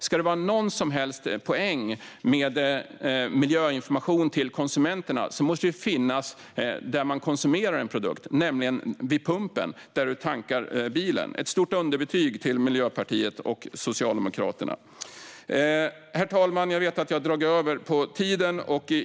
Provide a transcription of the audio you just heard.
Ska det vara någon som helst poäng med miljöinformation till konsumenter måste den finnas där man konsumerar produkten, det vill säga vid pumpen där man tankar bilen. Det ger ett stort underbetyg till Miljöpartiet och Socialdemokraterna. Herr talman! Jag vet att jag har dragit över tiden.